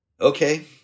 Okay